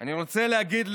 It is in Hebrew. אני רוצה להגיד,